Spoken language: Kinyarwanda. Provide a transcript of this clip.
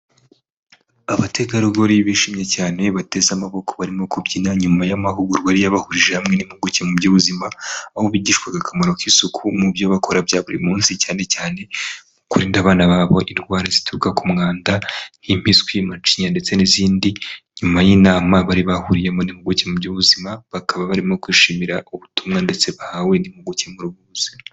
Abategarugori bishimye cyane bateze amaboko barimo kubyina nyuma y'amahugurwa yabahurije hamwe n'impimpuguke mu by'ubuzima. Aho bigishwaga akamaro k'isuku mu byo bakora bya buri munsi cyane cyane kurinda abana babo indwara zituruka ku mwanda, impiswi, macinya ndetse n'izindi. Nyuma y'inama bari bahuriyemo n'impuguke mu by'ubuzima, bakaba barimo kwishimira ubutumwa ndetse bahawe n'impuguke muri ubu buzima.